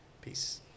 Peace